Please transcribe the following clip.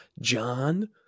John